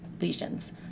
lesions